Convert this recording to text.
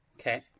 Okay